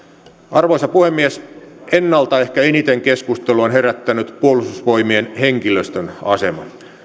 arvoisa puhemies ennalta ehkä eniten keskustelua on herättänyt puolustusvoimien henkilöstön asema